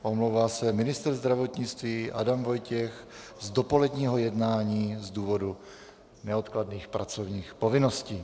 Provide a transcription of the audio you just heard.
Omlouvá se ministr zdravotnictví Adam Vojtěch z dopoledního jednání z důvodu neodkladných pracovních povinností.